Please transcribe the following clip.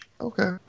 Okay